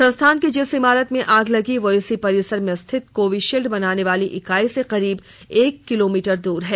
संस्थान की जिस इमारत में आग लगी वह इसी परिसर में स्थित कोविशील्ड बनाने वाली इकाई से करीब एक किलोमीटर दूर है